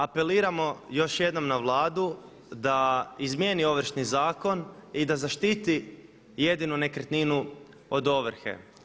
Apeliramo još jednom na Vladu da izmijeni Ovršni zakon i da zaštiti jedinu nekretninu od ovrhe.